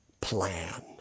plan